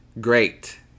great